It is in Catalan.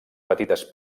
petites